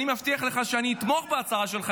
אני מבטיח לך שאני אתמוך בהצעה שלך,